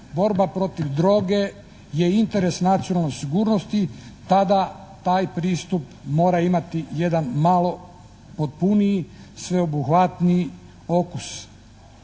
borba protiv droge je interes nacionalne sigurnosti, tada taj pristup mora imati jedan malo potpuniji, sveobuhvatniji okus.